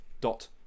dot